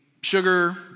sugar